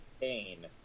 Pain